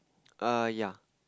err ya